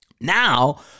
Now